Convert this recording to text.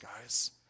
guys